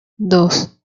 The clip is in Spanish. dos